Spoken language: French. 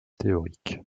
théoriques